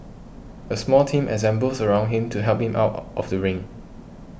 a small team assembles around him to help him out of the ring